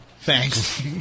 Thanks